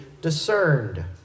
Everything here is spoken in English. discerned